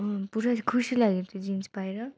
पुरै खुसी लाग्यो त्यो जिन्स पाएर